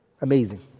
amazing